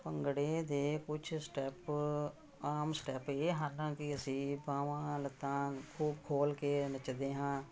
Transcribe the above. ਭੰਗੜੇ ਦੇ ਕੁਛ ਸਟੈਪ ਆਮ ਸਟੈਪ ਇਹ ਹਨ ਕਿ ਅਸੀਂ ਬਾਹਾਂ ਲੱਤਾਂ ਖੋ ਖੋਲ ਕੇ ਨੱਚਦੇ ਹਾਂ